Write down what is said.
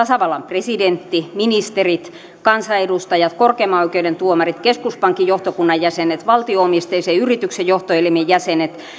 tasavallan presidentti ministerit kansanedustajat korkeimman oikeuden tuomarit keskuspankin johtokunnan jäsenet valtio omisteisen yrityksen johtoelimen jäsenet